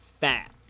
fat